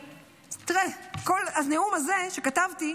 תראה, כל הנאום הזה שכתבתי,